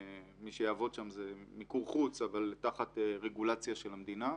מי שיעבוד שם זה מיקור חוץ אבל תחת רגולציה של המדינה.